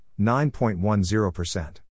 9.10%